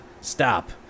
Stop